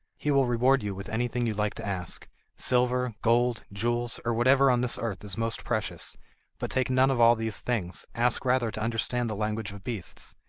he will reward you with anything you like to ask silver, gold, jewels, or whatever on this earth is most precious but take none of all these things, ask rather to understand the language of beasts.